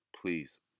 please